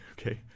okay